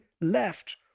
left